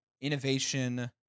innovation